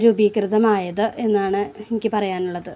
രൂപീകൃതമായത് എന്നാണ് എനിക്ക് പറയാനുള്ളത്